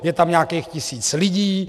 Je tam nějakých tisíc lidí.